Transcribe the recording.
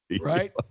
right